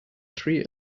three